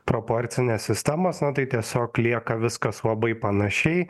proporcinės sistemos tai tiesiog lieka viskas labai panašiai